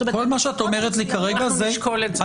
א',